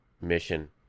mission